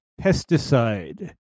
pesticide